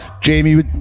Jamie